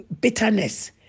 bitterness